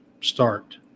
start